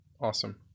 Awesome